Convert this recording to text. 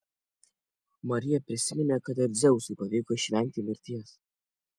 marija prisiminė kad ir dzeusui pavyko išvengti mirties